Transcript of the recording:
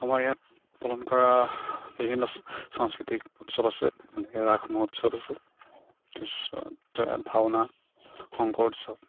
আমাৰ ইয়াত পালন কৰা বিভিন্ন সাংস্কৃতিক উৎসৱ আছে যেনেকৈ ৰাস মহোৎসৱ আছে তাৰ পাছত ভাওনা শংকৰ উৎসৱ